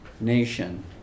nation